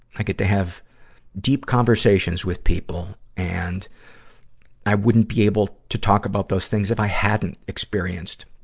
i get to have deep conversations with people. and i wouldn't be able to talk about those things if i hadn't experienced